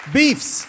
beefs